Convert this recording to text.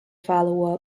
follow